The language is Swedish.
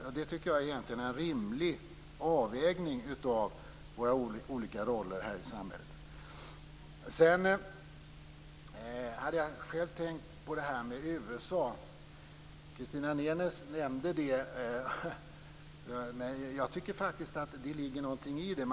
Jag tycker egentligen att det är en rimlig avvägning av våra olika roller här i samhället. Jag tänkte själv på detta med USA. Christina Nenes nämnde det. Jag tycker faktiskt att det ligger någonting i det.